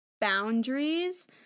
boundaries